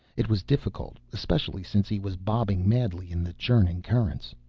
it was difficult, especially since he was bobbing madly in the churning currents.